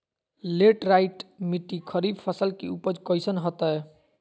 Laterite मिट्टी खरीफ फसल के उपज कईसन हतय?